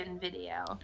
video